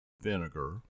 vinegar